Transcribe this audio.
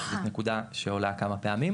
זאת נקודה שעולה כמה פעמים,